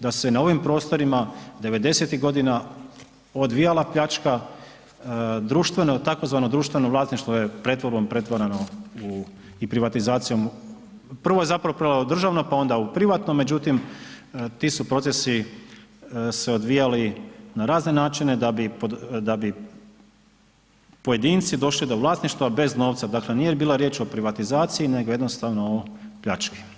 da se na ovim prostorima '90.-tih godina odvijala pljačka, društvena, u tzv. društveno vlasništvo je pretvorbom pretvoreno u, i privatizacijom, prvo je zapravo … [[Govornik se ne razumije]] državna, pa onda u privatno, međutim, ti su procesi se odvijali na razne načine da bi pojedinci došli do vlasništva bez novca, dakle, nije bila riječ o privatizaciji, nego jednostavno o pljački.